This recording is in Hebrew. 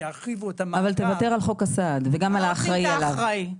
ירחיבו את המעגל --- אבל תוותר על חוק הסעד וגם על האחראי עליו.